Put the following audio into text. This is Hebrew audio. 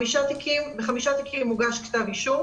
בחמישה תיקים הוגש כתב אישום.